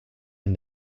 and